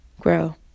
grow